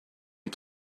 des